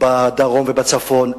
בדרום ובצפון.